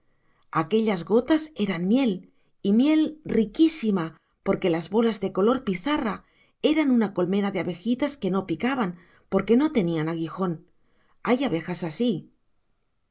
aquellas gotas eran miel y miel riquísima porque las bolas de color pizarra eran una colmena de abejitas que no picaban porque no tenían aguijón hay abejas así